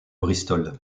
bristol